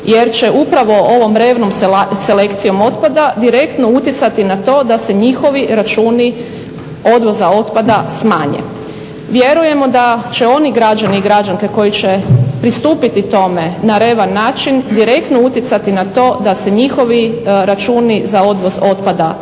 Jer će upravo ovom revnom selekcijom otpada direktno utjecati na to da se njihovi računi odvoza otpada smanje. Vjerujemo da će oni građani i građanke koji će pristupiti tome na revan način direktno utjecati na to da se njihovi računi za odvoz otpada smanje.